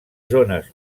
zones